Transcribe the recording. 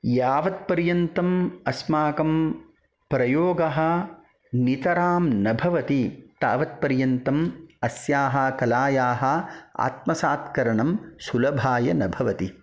यावत् पर्यन्तम् अस्माकं प्रयोगः नितरां न भवति तावत् पर्यन्तम् अस्याः कलायाः आत्मसात्करणं सुलभाय न भवति